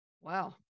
Wow